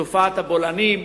תופעת הבולענים,